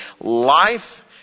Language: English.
life